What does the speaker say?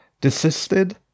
desisted